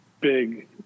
big